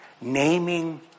Naming